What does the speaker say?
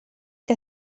que